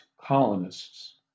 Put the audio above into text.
colonists